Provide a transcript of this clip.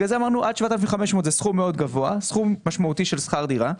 עד 7,500 ₪ זה סכום מאוד משמעותי של שכר דירה,